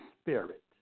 spirit